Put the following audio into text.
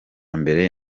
mbere